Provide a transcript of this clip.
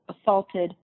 assaulted